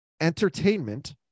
entertainment